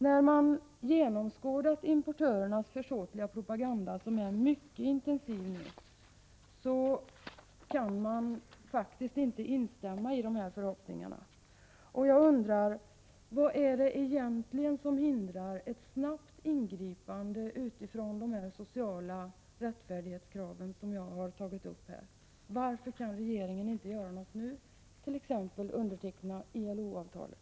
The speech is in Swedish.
När man genomskådat importörernas försåtliga propaganda, som är mycket intensiv, kan man faktiskt inte instämma i de här förhoppningarna. Jag undrar: Vad är det egentligen som hindrar ett snabbt ingripande utifrån de sociala rättfärdighetskrav som jag har tagit upp? Varför kan regeringen inte göra någonting nu, t.ex. underteckna ILO-avtalet?